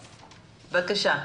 בן שבת, בבקשה.